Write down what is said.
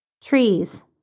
Trees